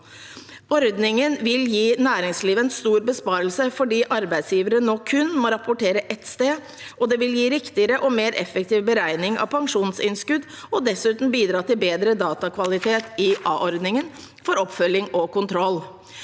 Ordningen vil gi næringslivet en stor besparelse fordi arbeidsgivere nå kun må rapportere ett sted. Det vil gi riktigere og mer effektiv beregning av pensjonsinnskudd og dessuten bidra til bedre datakvalitet i a-ordningen for oppfølging og kontroll.